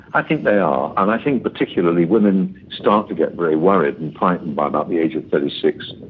i think they are, and i think particularly women start to get very worried and frightened by about the age of thirty six,